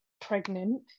pregnant